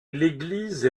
l’église